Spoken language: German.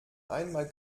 einmal